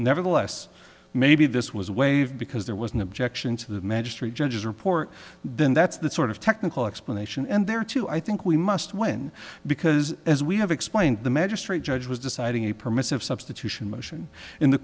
nevertheless maybe this was waived because there was an objection to the magistrate judge's report then that's the sort of technical explanation and there too i think we must win because as we have explained the magistrate judge was deciding a permissive substitution motion in the